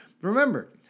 Remember